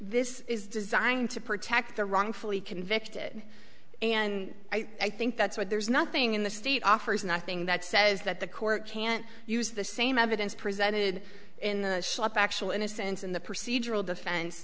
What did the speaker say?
this is designed to protect the wrongfully convicted and i think that's what there's nothing in the state offers nothing that says that the court can't use the same evidence presented in the shop actual innocence in the procedural defense